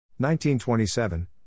1927